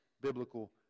biblical